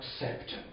accept